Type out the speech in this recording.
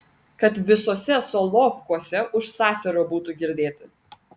kad visuose solovkuose už sąsiaurio būtų girdėti